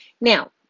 Now